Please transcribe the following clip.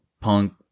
Punk